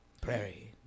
Prairie